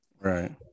Right